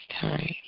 time